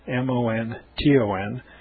M-O-N-T-O-N